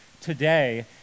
today